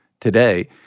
today